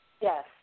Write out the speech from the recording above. Yes